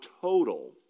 total